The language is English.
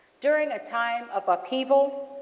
during a time of upheaval.